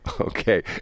Okay